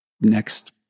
next